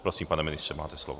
Prosím, pane ministře, máte slovo.